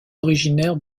originaire